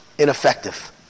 ineffective